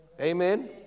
Amen